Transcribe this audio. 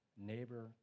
neighbor